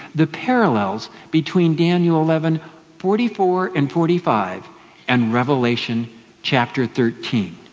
the parallels between daniel eleven forty four and forty five and revelation chapter thirteen.